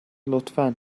لطفا